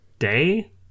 Day